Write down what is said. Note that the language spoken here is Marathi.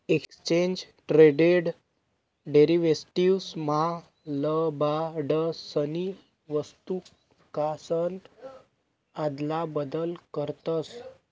एक्सचेज ट्रेडेड डेरीवेटीव्स मा लबाडसनी वस्तूकासन आदला बदल करतस